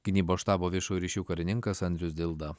gynybos štabo viešųjų ryšių karininkas andrius dilda